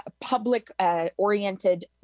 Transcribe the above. Public-oriented